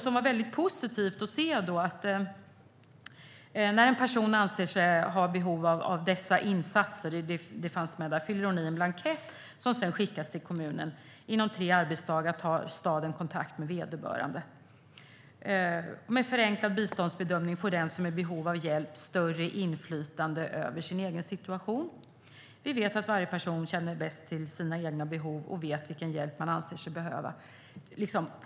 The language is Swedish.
Det var väldigt positivt att se: "När en person anser sig ha behov av dessa insatser fyller han/hon i en blankett som sedan skickas till kommunen. Inom tre arbetsdagar tar staden kontakt med vederbörande . Med förenklad biståndsbedömning får den som är i behov av hjälp större inflytande över sin egen situation. Vi vet att varje person bäst känner sina behov och vet vilken hjälp man anser sig behöva."